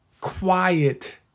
quiet